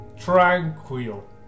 tranquil